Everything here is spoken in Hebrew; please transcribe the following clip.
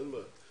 אין בעיה.